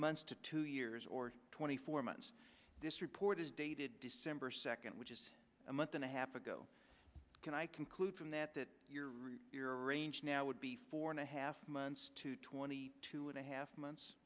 months to two years or twenty four months this report is dated december second which is a month and a half ago can i conclude from that that your range now would be four and a half months to twenty two and a half months